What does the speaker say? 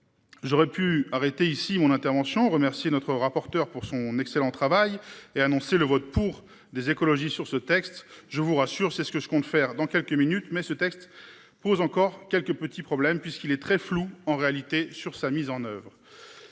J'aurais pu arrêter ici mon intervention remercier notre rapporteur pour son excellent travail et annoncé le vote pour des écologistes sur ce texte, je vous rassure, c'est ce que je compte faire dans quelques minutes mais ce texte pose encore quelques petits problèmes puisqu'il est très floue en réalité sur sa mise en oeuvre.